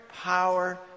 power